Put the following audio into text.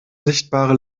sichtbare